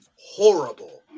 horrible